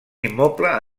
immoble